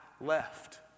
left